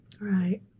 Right